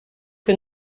que